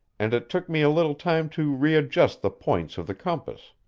and it took me a little time to readjust the points of the compass.